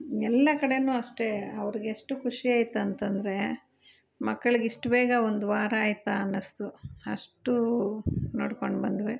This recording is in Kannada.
ಎಲ್ಲ ಕಡೆ ಅಷ್ಟೆ ಅವ್ರಿಗೆಷ್ಟು ಖುಷಿಯಾಯ್ತ್ ಅಂತಂದರೆ ಮಕ್ಕಳ್ಗೆ ಇಷ್ಟು ಬೇಗ ಒಂದು ವಾರ ಆಯ್ತಾ ಅನ್ನಿಸ್ತು ಅಷ್ಟು ನೋಡ್ಕೊಂಡು ಬಂದ್ವಿ